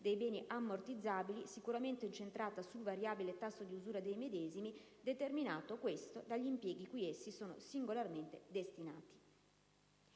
dei beni ammortizzabili, sicuramente incentrata sul variabile tasso di usura dei medesimi, determinato, questo, dagli impieghi cui essi sono singolarmente destinati").